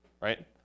right